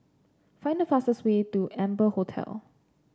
find the fastest way to Amber Hotel